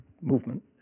movement